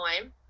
time